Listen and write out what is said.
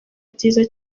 byiza